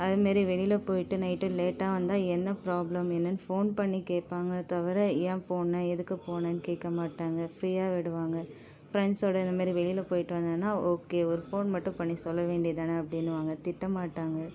அதேமாரி வெளியில் போய்ட்டு நைட்டு லேட்டாக வந்தால் என்ன ப்ராப்லம் என்னென்னு ஃபோன் பண்ணி கேட்பாங்களே தவிர ஏன் போன எதுக்கு போனன்னு கேட்கமாட்டாங்க ஃபிரீயா விடுவாங்கள் ஃபிரெண்ட்ஸோட இதைமேரி வெளியில் போய்ட்டு வந்தேன்னால் ஓகே ஒரு ஃபோன் மட்டும் பண்ணி சொல்ல வேண்டியதானே அப்படின்னுவாங்க திட்டமாட்டாங்கள்